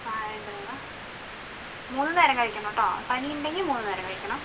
ആ രണ്ട് നേരമാണോ മൂന്ന് നേരം കഴിക്കണം കേട്ടോ പനി ഉണ്ടെങ്കിൽ മൂന്ന് നേരം കഴിക്കണം